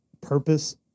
purpose